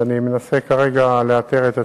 שאת התשובה לה אני מנסה לאתר כרגע,